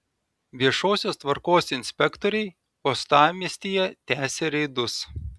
viešosios tvarkos inspektoriai uostamiestyje tęsia reidus